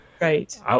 right